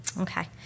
Okay